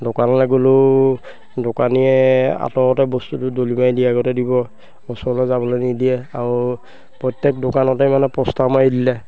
দোকানলৈ গ'লেও দোকানীয়ে আঁতৰতে বস্তুটো দলি মাৰি দিয়া গতে দিব ওচৰলৈ যাবলৈ নিদিয়ে আৰু প্ৰত্যেক দোকানতে মানে পষ্টাৰ মাৰি দিলে